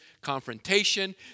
confrontation